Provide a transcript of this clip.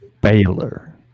Baylor